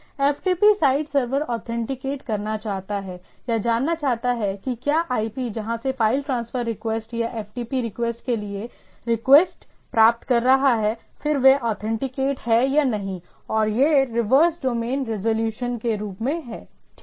FTP site server authenticate करना चाहता है या जानना चाहता है कि क्या IP जहां से फ़ाइल ट्रांसफर रिक्वेस्ट या FTP रिक्वेस्ट के लिए रिक्वेस्ट प्राप्त कर रहा है फिर वह ऑथेंटिकेट है या नहीं और यह रिवर्स डोमेन रिज़ॉल्यूशन के रूप में ठीक है